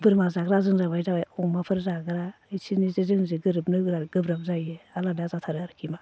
बोरमा जाग्रा जोंना जाबाय अमाफोर जाग्रा इसोरनिजो जोंनिजो गोरोबनो गोब्राब जायो आलादा जाथारो आरोखि